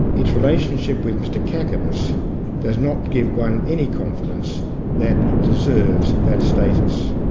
its relationship with mr kakavas does not give one any confidence that it deserves that status.